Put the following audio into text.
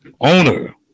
owner